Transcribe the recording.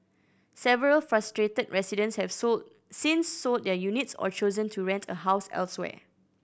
several frustrated residents have sold since sold their units or chosen to rent a house elsewhere